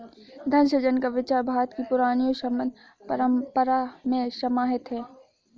धन सृजन का विचार भारत की पुरानी और समृद्ध परम्परा में समाहित है